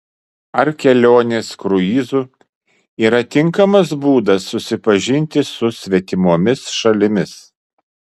ar kelionės kruizu yra tinkamas būdas susipažinti su svetimomis šalimis